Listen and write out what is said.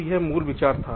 तो यह मूल विचार है